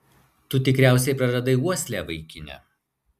tu tikriausiai praradai uoslę vaikine